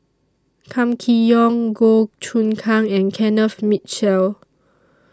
Kam Kee Yong Goh Choon Kang and Kenneth Mitchell